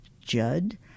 Judd